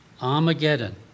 Armageddon